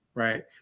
Right